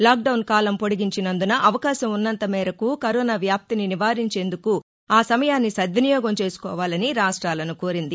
lockdown కాలం పొడిగించినందున అవకాశం ఉన్నంత మేరకు కరోనా వ్యాప్తిని నివారించేందుకు ఆ సమయాన్ని సద్వినియోగం చేసుకోవాలని రాష్ట్రాలను కోరింది